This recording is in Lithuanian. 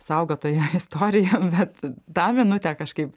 saugotoja istorijų bet tą minutę kažkaip